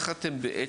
אז איך אתם בעצם